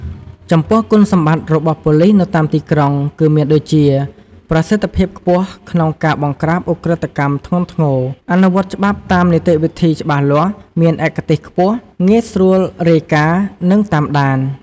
ចំពោះ គុណសម្បត្តិរបស់ប៉ូលីសនៅតាមទីក្រុងគឺមានដូចជា ប្រសិទ្ធភាពខ្ពស់ក្នុងការបង្ក្រាបឧក្រិដ្ឋកម្មធ្ងន់ធ្ងរ អនុវត្តច្បាប់តាមនីតិវិធីច្បាស់លាស់ មានឯកទេសខ្ពស់ ងាយស្រួលរាយការណ៍ និងតាមដាន។